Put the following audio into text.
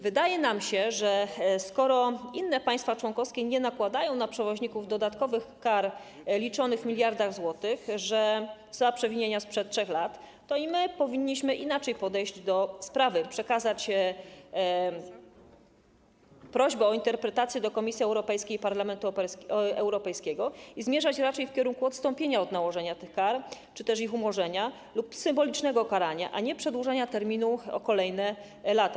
Wydaje nam się, że skoro inne państwa członkowskie nie nakładają na przewoźników dodatkowych kar liczonych w miliardach złotych za przewinienia sprzed 3 lat, to i my powinniśmy inaczej podejść do sprawy: przekazać prośbę o interpretację do Komisji Europejskiej i Parlamentu Europejskiego i zmierzać raczej w kierunku odstąpienia od nałożenia tych kar czy też ich umorzenia lub symbolicznego karania, a nie przedłużania terminu o kolejne lata.